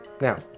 Now